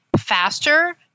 faster